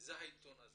זה העיתון הזה,